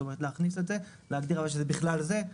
זאת אומרת להכניס את זה אבל להגדיר שזה "בכלל זה"